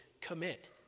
commit